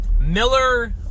Miller